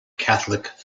catholic